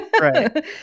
Right